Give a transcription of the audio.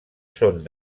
són